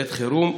לעת חירום?